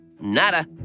Nada